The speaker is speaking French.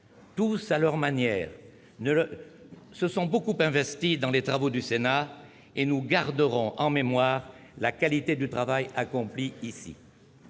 Tous, à leur manière, se sont beaucoup investis dans les travaux du Sénat, et nous garderons en mémoire la qualité du travail accompli ici.